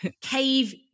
Cave